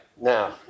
Now